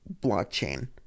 blockchain